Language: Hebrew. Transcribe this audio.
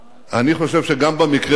אני חושב שגם במקרה הזה